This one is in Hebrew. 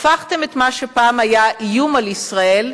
הפכתם את מה שפעם היה איום על ישראל,